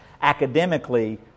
Academically